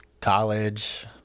college